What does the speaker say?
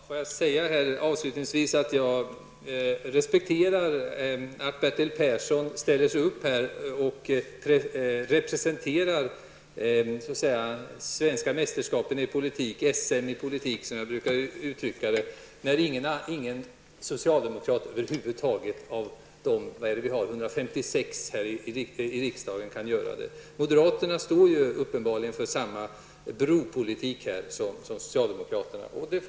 Herr talman! Jag vill avslutningsvis säga att jag respekterar att Bertil Persson här representerar svenska mästerskapen i politik, SM i politik som jag brukar uttrycka det, när ingen av de 156 socialdemokraterna i riksdagen kan göra det. Moderaterna står ju uppenbarligen för samma bropolitik som socialdemokraterna.